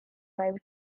private